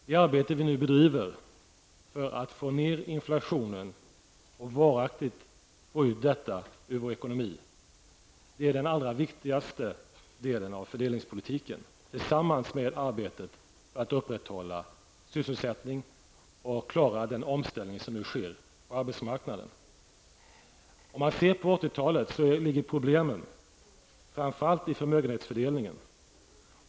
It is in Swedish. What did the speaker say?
Det arbete vi nu bedriver för att få ner inflationen och varaktigt få bort detta problem ur vår ekonomi är den allra viktigaste delen av fördelningspolitiken, tillsammans med arbetet att upprätthålla sysselsättningen och klara den omställning som nu sker på arbetsmarknaden. Om man ser på 80-talet finner man att problemen framför allt låg i förmögenhetsfördelningen.